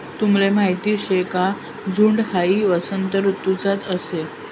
तुमले माहीत शे का झुंड हाई वसंत ऋतुमाच येस